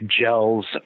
gels